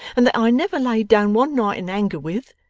and that i never laid down one night in anger with!